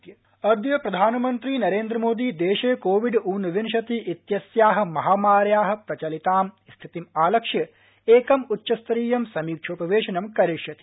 प्रधानमन्त्री समीक्षापवध्यिम् अद्य प्रधानमन्त्री नरेन्द्र मोदी देशे कोविड ऊनविंशति इत्यस्याः महामार्याः प्रचलितां स्थितिम् आलक्ष्य एकम् उच्चस्तरीयं समीक्षोपवेशनं करिष्यति